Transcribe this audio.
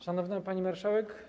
Szanowna Pani Marszałek!